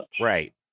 Right